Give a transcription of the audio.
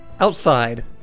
Outside